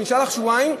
נשארו לך שבועיים?